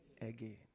again